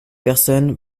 personne